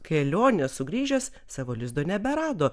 kelionės sugrįžęs savo lizdo neberado